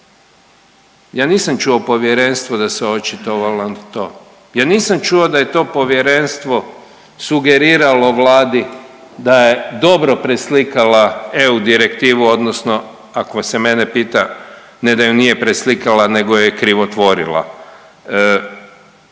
Ja nisam čuo Povjerenstvo da se očitovalo na to, ja nisam čuo da je to Povjerenstvo sugeriralo Vladi da je dobro preslikala EU direktivu, odnosno ako se mene pita ne da je nije preslikala, nego je krivotvorila. To isto